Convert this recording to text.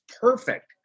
perfect